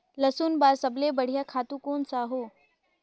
लसुन बार सबले बढ़िया खातु कोन सा हो?